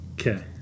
Okay